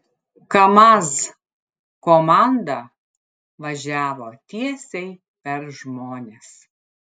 kamaz komanda važiavo tiesiai per žmones